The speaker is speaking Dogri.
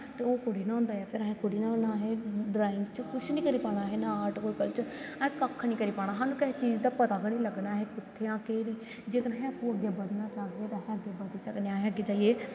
ओह् छोड़ी ना होंदा ऐ ड्राईंग च कुश नी करी पाना असैं नां आर्ट च नां कल्चर च असैं कक्ख नी करी पानां असैं किसे चाज़ दा पता गै नी लग्गनां ऐ जे तुसैं अपूं अग्गैं बधना ते अग्गैं जाईयै